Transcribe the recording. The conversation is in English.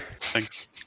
Thanks